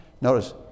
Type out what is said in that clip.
Notice